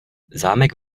zámek